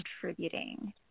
contributing